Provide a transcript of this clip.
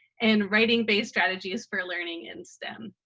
and writing-based strategies for learning in stem.